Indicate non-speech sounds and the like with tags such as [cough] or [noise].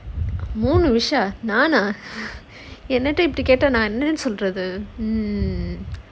மூணு:moonu wishes நானா:naana [laughs] என்னட்ட இப்டி கேட்டா நான் என்னத்த சொல்றது:ennatha ipdi ketaa naan ennatha solrathu hmm